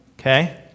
okay